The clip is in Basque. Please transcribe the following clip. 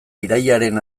irailaren